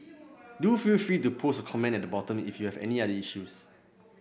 do feel free to post a comment at the bottom if you've any other issues